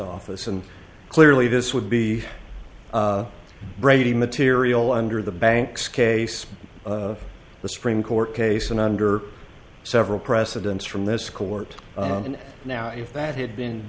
office and clearly this would be brady material under the bank's case the supreme court case and under several precedents from this court and now if that had been